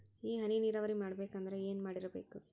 ಈ ಹನಿ ನೀರಾವರಿ ಮಾಡಬೇಕು ಅಂದ್ರ ಏನ್ ಮಾಡಿರಬೇಕು?